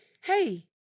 hey